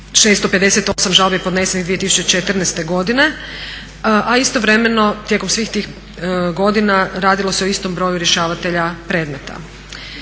658 žalbi podnesenih 2014.godine, a istovremeno tijekom svih tih godina radilo se o istom broju rješavatelja predmeta.